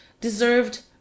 deserved